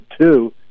two